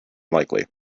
likely